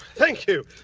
thank you.